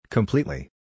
Completely